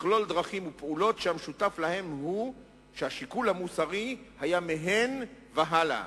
מכלול דרכים ופעולות שהמשותף להן הוא שהשיקול המוסרי היה מהן והלאה.